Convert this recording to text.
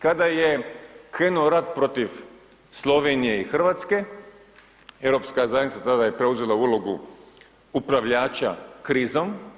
Kada je krenuo rat protiv Slovenije i Hrvatske, Europska zajednica tada je preuzela ulogu upravljača krizom.